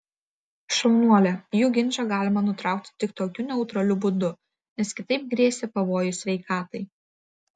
šaunuolė jų ginčą galima nutraukti tik tokiu neutraliu būdu nes kitaip grėsė pavojus sveikatai